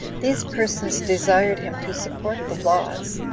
these persons desired him to support the laws,